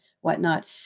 whatnot